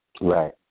Right